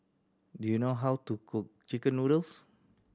do you know how to cook chicken noodles